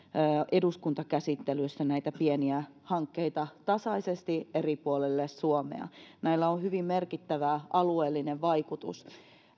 eduskuntakäsittelyssä näitä pieniä hankkeita tasaisesti eri puolille suomea näillä on hyvin merkittävä alueellinen vaikutus